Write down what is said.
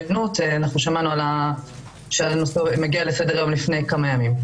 אנחנו שמענו שזה מגיע לסדר- היום של הוועדה לפני כמה ימים.